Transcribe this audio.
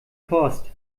post